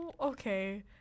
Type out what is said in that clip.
Okay